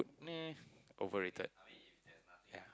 nah overrated